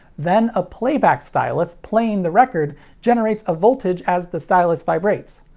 then, a playback stylus playing the record generates a voltage as the stylus vibrates.